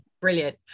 brilliant